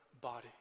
body